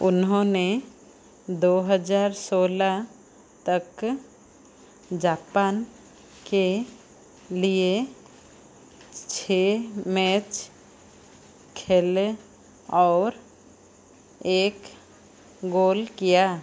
उन्होंने दो हज़ार सोलाह तक जापान के लिए छः मैच खेले और एक गोल किया